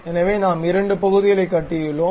எனவே நாம் இரண்டு பகுதிகளை கட்டியுள்ளோம்